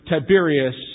Tiberius